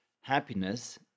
happiness